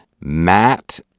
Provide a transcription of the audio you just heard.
matt